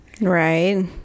Right